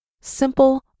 Simple